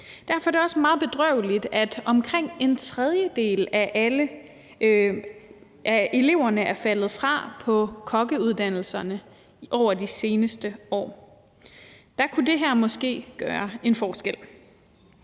Derfor er det også meget bedrøveligt, at omkring en tredjedel af eleverne er faldet fra på kokkeuddannelserne over de seneste år. Der kunne det her måske gøre en forskel.